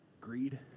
Greed